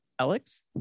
Alex